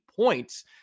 points